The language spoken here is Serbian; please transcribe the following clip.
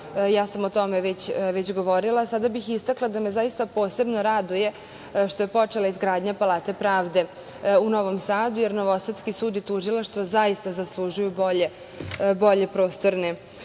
ja sam o tome već govorila, a sada bih istakla da me zaista posebno raduje što je počela izgradnja Palate pravde u Novom Sadu, jer novosadski sud i Tužilaštvo zaista zaslužuju bolje prostorne